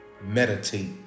Meditate